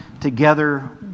together